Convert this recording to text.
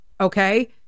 Okay